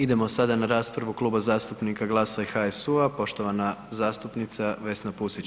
Idemo sada na raspravu Kluba zastupnika GLAS-a i HSU-a, poštovana zastupnica Vesna Pusić.